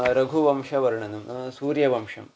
रघुवंशवर्णनं सूर्यवंशम्